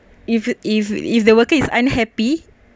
if if if the worker is unhappy